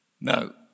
No